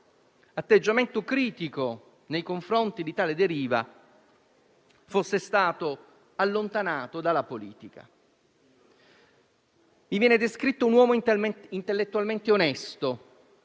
atteggiamento critico nei confronti della citata deriva, fosse stato allontanato dalla politica. Mi viene descritto un uomo intellettualmente onesto,